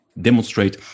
demonstrate